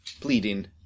pleading